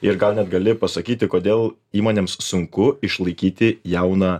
ir gal net gali pasakyti kodėl įmonėms sunku išlaikyti jauną